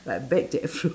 like bad jackfruit